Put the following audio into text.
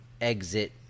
Exit